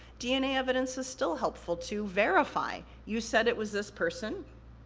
dna evidence is still helpful to verify. you said it was this person,